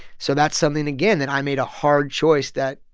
so that's something, again, that i made a hard choice that,